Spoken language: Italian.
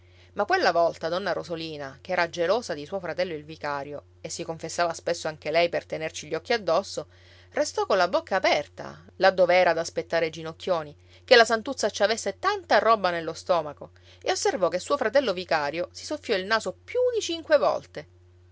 ma quella volta donna rosolina che era gelosa di suo fratello il vicario e si confessava spesso anche lei per tenerci gli occhi addosso restò colla bocca aperta là dov'era ad aspettare ginocchioni che la santuzza ci avesse tanta roba nello stomaco e osservò che suo fratello vicario si soffiò il naso più di cinque volte